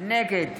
נגד